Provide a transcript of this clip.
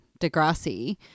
Degrassi